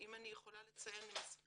אם אני יכולה לציין מספר,